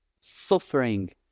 suffering